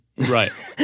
Right